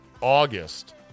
August